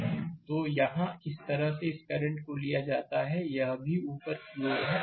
slide समय देखें 2821 तो यहाँ इस तरह इस करंट को लिया जाता है यह भी ऊपर की ओर है